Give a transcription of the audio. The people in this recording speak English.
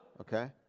okay